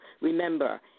Remember